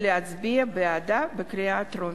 ולהצביע בעדה בקריאה טרומית.